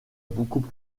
beaucoup